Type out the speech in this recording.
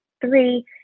three